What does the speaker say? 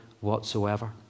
whatsoever